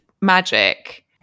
magic